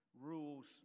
rules